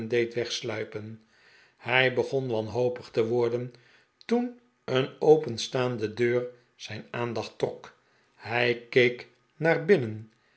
wegsluipen hij begon wanhopig te worden toen een openstaande deur zijn aandacht trok hij keek naar binnen